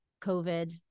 COVID